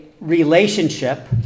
relationship